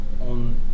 on